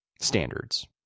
standards